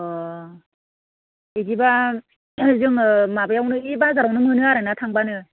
अह बिदिबा जोङो माबायावनो बे बाजारावनो मोनो आरो ना थांबानो